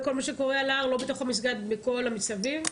לא בתוך המסגד אלא מסביב?